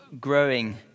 growing